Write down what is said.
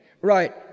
Right